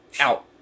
out